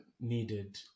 needed